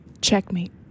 Checkmate